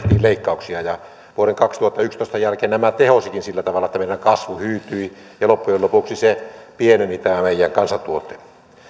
leikkauksia vuoden kaksituhattayksitoista jälkeen tämä tehosikin sillä tavalla että meidän kasvu hyytyi ja loppujen lopuksi pieneni tämä meidän kansantuote